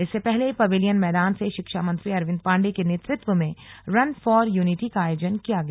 इससे पहले पवेलियन मैदान से शिक्षा मंत्री अरविंद पांडेय के नेतृत्व में रन फॉर यूनिटी का आयोजन किया गया